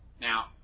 Now